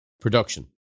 production